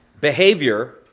Behavior